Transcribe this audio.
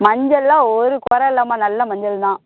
மஞ்சள்லாம் ஒரு குறை இல்லைமா நல்ல மஞ்சள் தான்